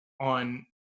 on